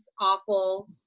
awful